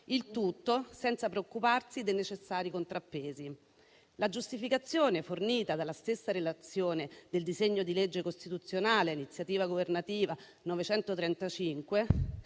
il tutto senza preoccuparsi dei necessari contrappesi. La giustificazione fornita dalla stessa relazione al disegno di legge costituzionale di iniziativa governativa n.